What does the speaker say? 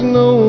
no